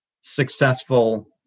successful